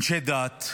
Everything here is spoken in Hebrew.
אנשי דת.